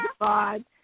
God